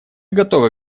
готовы